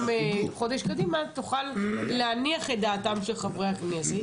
חודש קדימה תוכל להניח את דעתם של חברי הכנסת.